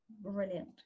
Brilliant